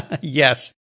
Yes